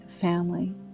family